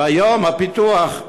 והיום הפיתוח,